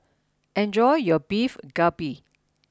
enjoy your Beef Galbi